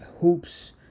hoops